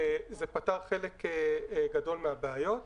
זה פתר חלק גדול מהבעיות.